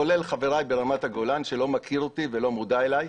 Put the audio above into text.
כולל חבריי ברמת הגולן שלא מכיר אותי ולא מודע אליי,